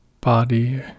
body